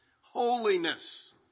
holiness